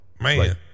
man